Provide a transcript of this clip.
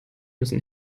müssen